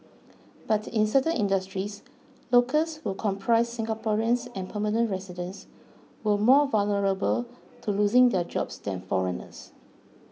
but in certain industries locals who comprise Singaporeans and permanent residents were more vulnerable to losing their jobs than foreigners